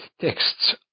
texts